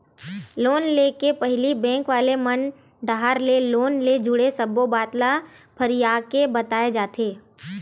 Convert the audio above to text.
loan ले के पहिली बेंक वाले मन डाहर ले लोन ले जुड़े सब्बो बात ल फरियाके बताए जाथे